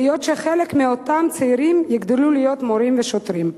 היות שחלק מאותם צעירים יגדלו להיות מורים ושוטרים.